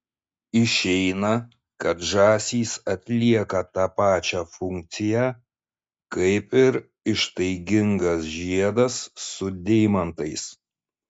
išeina kad žąsys atlieka tą pačią funkciją kaip ir ištaigingas žiedas su deimantais